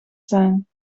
zijn